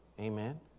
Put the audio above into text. Amen